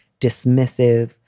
dismissive